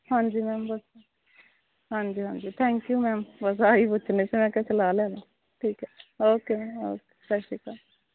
ਹਾਂਜੀ ਮੈਮ ਬੱਸ ਹਾਂਜੀ ਹਾਂਜੀ ਥੈਂਕ ਯੂ ਸਰ ਬਸ ਆਹੀ ਪੁੱਛਣਾ ਸੀ ਮੈਂ ਕਿਹਾ ਸਲਾਹ ਲੈ ਲਵਾਂ ਠੀਕ ਹੈ ਓਕੇ ਮੈਮ ਓਕੇ ਸਤਿ ਸ਼੍ਰੀ ਅਕਾਲ